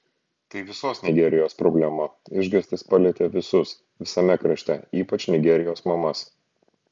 tai visos nigerijos problema išgąstis palietė visus visame krašte ypač nigerijos mamas